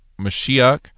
Mashiach